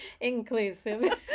inclusive